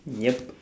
yup